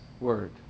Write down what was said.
word